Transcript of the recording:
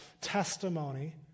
testimony